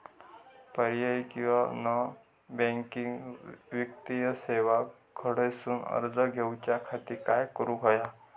पर्यायी किंवा non banking वित्तीय सेवा कडसून कर्ज घेऊच्या खाती काय करुक होया?